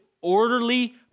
orderly